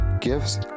gifts